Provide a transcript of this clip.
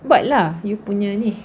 buat lah you punya ni